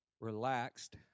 Relaxed